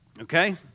Okay